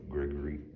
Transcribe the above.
Gregory